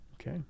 okay